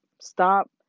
Stop